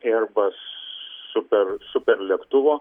airbus super super lėktuvo